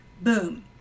Boom